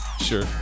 sure